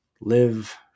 Live